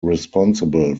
responsible